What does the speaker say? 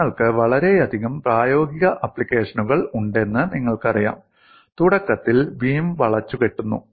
നിങ്ങൾക്ക് വളരെയധികം പ്രായോഗിക ആപ്ലിക്കേഷനുകൾ ഉണ്ടെന്ന് നിങ്ങൾക്കറിയാം തുടക്കത്തിൽ ബീം വളച്ചുകെട്ടുന്നു